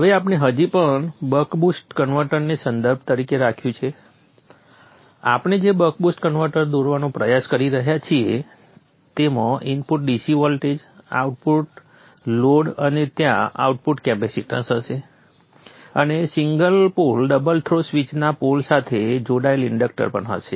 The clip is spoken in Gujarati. હવે આપણે હજી પણ બક કન્વર્ટરને સંદર્ભ તરીકે રાખ્યું છે આપણે જે બક બુસ્ટ કન્વર્ટર દોરવાનો પ્રયાસ કરી રહ્યા છીએ તેમાં input DC voltage output load અને ત્યાં આઉટપુટ કેપેસિટન્સ હશે અને સિંગલ પોલ ડબલ થ્રો સ્વીચના પોલ સાથે જોડાયેલ ઇન્ડક્ટર પણ હશે